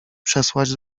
przesłać